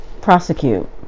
prosecute